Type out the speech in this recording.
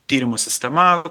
tyrimų sistema